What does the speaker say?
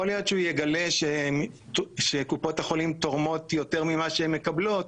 יכול להיות שהוא יגלה שקופות החולים תורמות יותר ממה שהן מקבלות,